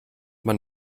man